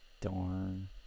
darn